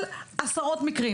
של עשרות מקרים